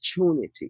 opportunity